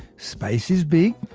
space is big,